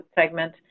segment